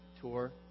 tour